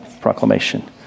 proclamation